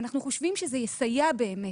ואנחנו חושבים שזה יסייע באמת.